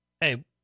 hey